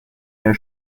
ihr